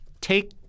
take